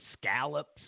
scallops